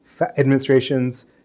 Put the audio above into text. administration's